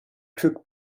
took